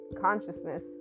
consciousness